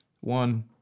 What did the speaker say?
one